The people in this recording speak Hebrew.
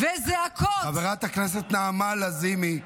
חברת הכנסת נעמה לזימי.